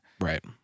Right